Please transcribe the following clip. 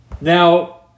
Now